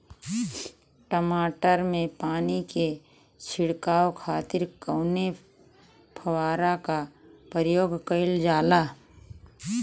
टमाटर में पानी के छिड़काव खातिर कवने फव्वारा का प्रयोग कईल जाला?